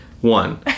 One